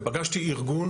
ופגשתי ארגון